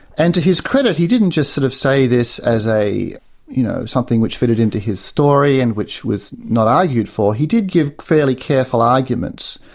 and to his credit, he didn't just sort of say this as you know something which fitted into his story and which was not argued for, he did give fairly careful arguments.